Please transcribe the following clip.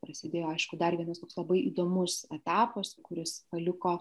prasidėjo aišku dar vienas toks labai įdomus etapas kuris paliko